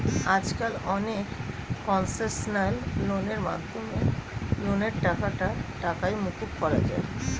আজকাল অনেক কনসেশনাল লোনের মাধ্যমে লোনের অনেকটা টাকাই মকুব করা যায়